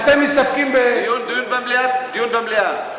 אתם מסתפקים, דיון במליאה,